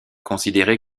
considérée